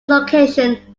location